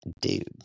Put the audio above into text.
dude